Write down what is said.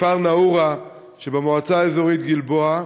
בכפר נאעורה שבמועצה האזורית גלבוע,